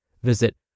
Visit